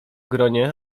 gronie